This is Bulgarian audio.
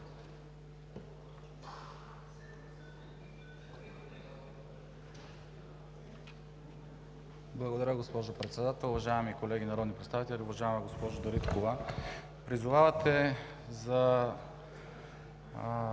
Благодаря, госпожо Председател. Уважаеми колеги народни представители! Уважаема госпожо Дариткова, призовавате за